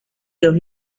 los